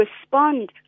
respond